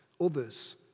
others